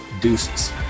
deuces